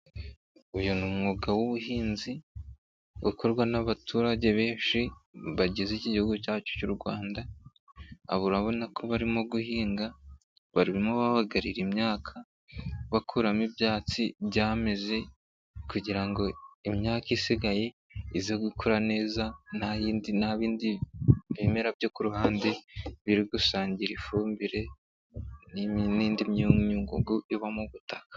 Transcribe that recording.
Uyu ni umwuga w'ubuhinzi ukorwa n'abaturage benshi bagize iki gihugu cyacu cy'u rwanda urabona ko barimo guhinga barimo babagarira imyaka bakuramo ibyatsi byameze kugira ngo imyaka isigaye ize gukura neza nta b'indi bimera byo ku ruhande biri gusangira ifumbire n'indi myunyungugu iba mu butaka.